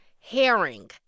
herring